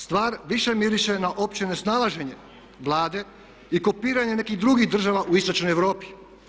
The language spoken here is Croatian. Stvar više miriše na opće nesnalaženje Vlade i kopiranje nekih drugih država u istočnoj Europi.